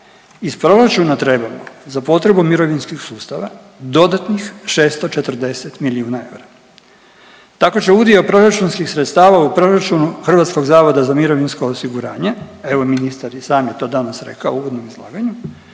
iz proračuna treba za potrebu mirovinskog sustava dodatnih 640 milijuna. Tako će udio proračunskih sredstava u proračunu Hrvatskog zavoda za mirovinsko osiguranje, evo ministar je sam to danas rekao u uvodnom izlaganju,